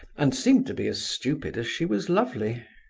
and seemed to be as stupid as she was lovely.